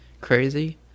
crazy